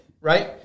Right